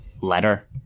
letter